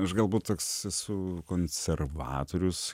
aš galbūt toks esu konservatorius